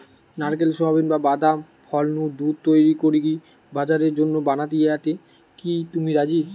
নারকেল, সুয়াবিন, বা বাদাম ফল নু দুধ তইরি করিকি বাজারের জন্য বানানিয়াতে কি তুমি রাজি?